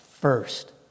first